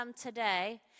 today